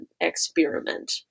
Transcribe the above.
experiment